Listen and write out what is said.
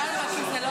הר הבית בידינו.